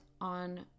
on